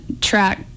track